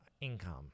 income